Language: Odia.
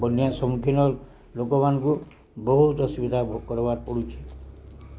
ବନ୍ୟା ସମ୍ମୁଖୀନ ଲୋକମାନଙ୍କୁ ବହୁତ୍ ଅସୁବିଧା ଭୋଗ୍ କର୍ବାର୍କେ ପଡ଼ୁଛେ